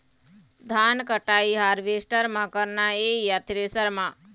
धान कटाई हारवेस्टर म करना ये या थ्रेसर म?